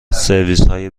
سرویسهای